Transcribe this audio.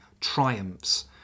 triumphs